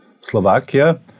Slovakia